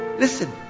Listen